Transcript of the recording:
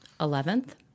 Eleventh